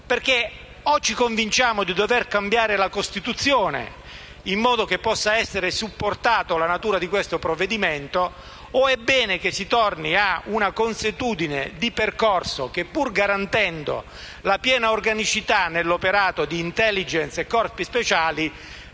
perché o ci convinciamo di dover cambiare la Costituzione in modo che possa essere supportata la natura del provvedimento stesso o è bene che si torni ad una consuetudine di percorso che, pur garantendo la piena organicità nell'operato di *intelligence* e corpi speciali,